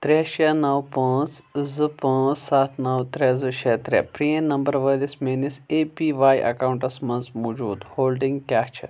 ترٛےٚ شےٚ نَو پانٛژھ زٕ پانٛژھ سَتھ نَو ترٛےٚ زٕ شےٚ ترٛےٚ پرٛان نمبرٕ وٲلِس میٛٲنِس اے پی واے ایٚکاونٛٹس مَنٛز موٗجوٗد ہولڈنٛگ کیٛاہ چھِ